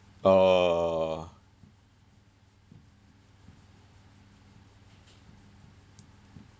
oh